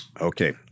Okay